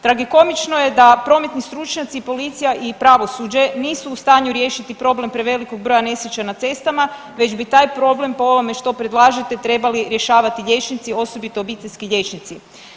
Tragikomično je da prometni stručnjaci, policija i pravosuđe nisu u stanju riješiti problem prevelikog broja nesreća na cestama već bi taj problem, po ovome što predlažete, trebali rješavali liječnici, osobito obiteljski liječnici.